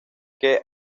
que